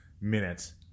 minutes